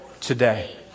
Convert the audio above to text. Today